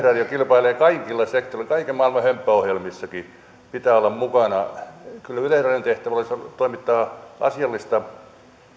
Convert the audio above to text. kilpailee kaikilla sektoreilla kaiken maailman hömppäohjelmissakin pitää olla mukana minusta yleensäkin yleisradion tehtävä olisi kyllä toimittaa asiallista